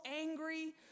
angry